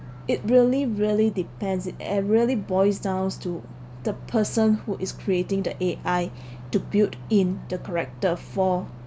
it really really depends and really boils down to the person who is creating the A_I to build in the corrector for